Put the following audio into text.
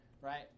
right